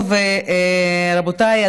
רבותיי,